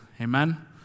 Amen